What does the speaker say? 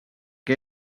que